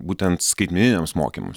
būtent skaitmeniniams mokymams